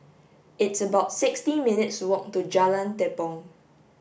it's about sixty minutes' walk to Jalan Tepong